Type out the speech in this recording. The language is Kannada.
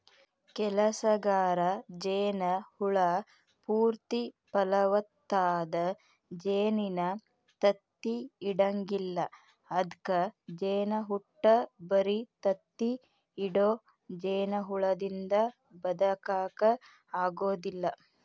ಕೆಲಸಗಾರ ಜೇನ ಹುಳ ಪೂರ್ತಿ ಫಲವತ್ತಾದ ಜೇನಿನ ತತ್ತಿ ಇಡಂಗಿಲ್ಲ ಅದ್ಕ ಜೇನಹುಟ್ಟ ಬರಿ ತತ್ತಿ ಇಡೋ ಜೇನಹುಳದಿಂದ ಬದಕಾಕ ಆಗೋದಿಲ್ಲ